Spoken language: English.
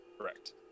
Correct